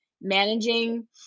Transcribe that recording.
managing